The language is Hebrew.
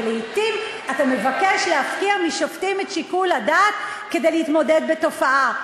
לעתים אתה מבקש להפקיע משופטים את שיקול הדעת כדי להתמודד עם תופעה,